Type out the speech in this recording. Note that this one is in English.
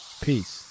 Peace